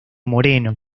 moreno